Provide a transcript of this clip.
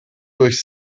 durch